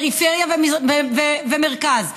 פריפריה ומרכז,